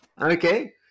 okay